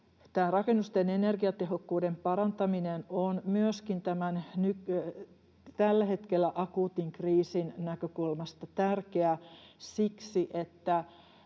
rakennusten energiatehokkuuden parantaminen on myöskin tämän nyt tällä hetkellä akuutin kriisin näkökulmasta tärkeää siksi,